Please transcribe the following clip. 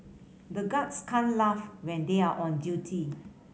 the guards can't laugh when they are on duty